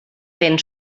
ven